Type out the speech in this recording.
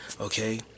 Okay